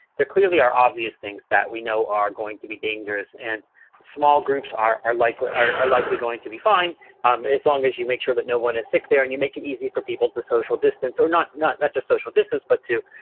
there clearly are obvious things that we know are going to be dangerous and small groups are are likely are are likely going to be fine um as long as you make sure that no one is sick there and you make it easy for people to social distance or not not not just social distance, but to